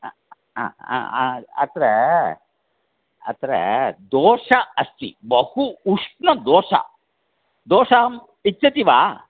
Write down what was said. ह ह ह अत्र अत्र दोसा अस्ति बहु उष्णदोसा दोसाम् इच्छति वा